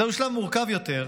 זהו שלב מורכב יותר.